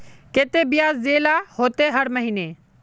केते बियाज देल ला होते हर महीने?